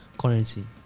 currency